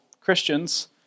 Christians